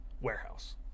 warehouse